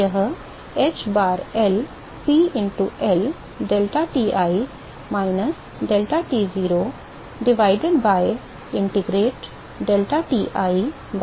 तो यह hbarL P into L deltaTi minus deltaTo divided by ln deltaTi by deltaTo है